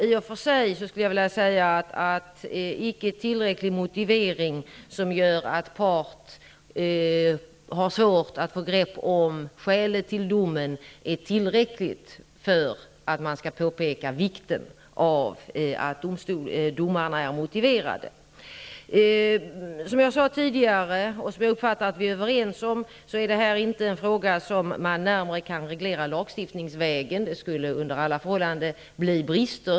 I och för sig skulle jag vilja säga att en icke tillräcklig motivering, som gör att en part har svårt att få grepp om skälet till domen, räcker för att man skall påpeka vikten av att domarna är motiverade. Som jag sade tidigare är det här inte -- som jag uppfattat det är vi överens om det -- en fråga som man kan reglera närmare lagstiftningsvägen. Under alla förhållanden skulle det bli brister.